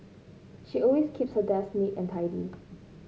she always keeps her desk neat and tidy